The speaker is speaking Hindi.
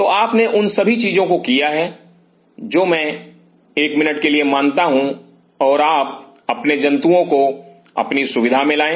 तो आपने उन सभी चीजों को किया है जो मैं एक मिनट के लिए मानता हूं और आप अपने जंतुओं को अपनी सुविधा में लाएँ